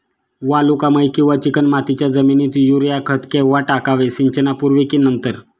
वालुकामय किंवा चिकणमातीच्या जमिनीत युरिया खत केव्हा टाकावे, सिंचनापूर्वी की नंतर?